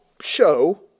show